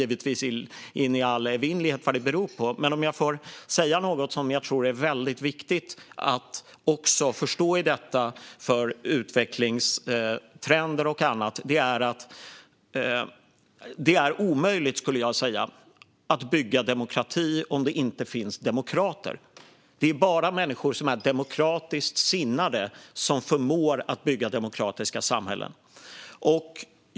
Låt mig dock få säga något som jag tror är väldigt viktigt att förstå vad gäller utvecklingstrender och annat. Det är att det nog är omöjligt att bygga demokrati om det inte finns demokrater. Det är bara människor som är demokratiskt sinnade som förmår att bygga demokratiska samhällen.